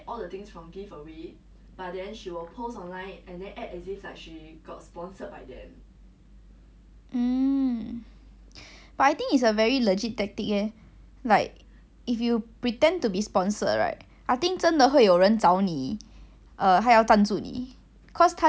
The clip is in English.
but I think it's a very legit tactic eh like if you pretend to be sponsored right I think 真的会有人找你 err 他要赞助你 cause 他觉得 like 别的品牌都有找你 then 他也要找你 lor so I think it's quite a legit tactic but she got how many followers ah